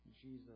Jesus